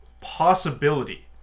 possibility